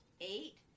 eight